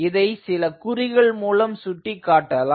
இதை சில குறிகள் மூலம் சுட்டிக்காட்டலாம்